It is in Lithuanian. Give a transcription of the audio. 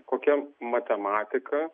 kokia matematika